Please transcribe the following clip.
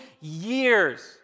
years